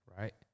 Right